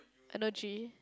energy